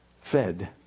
fed